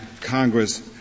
Congress